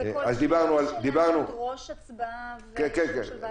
וכל שינוי שלה ידרוש הצבעה ואישור של ועדה.